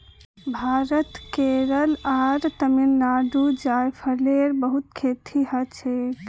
भारतत केरल आर तमिलनाडुत जायफलेर बहुत खेती हछेक